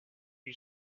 you